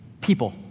People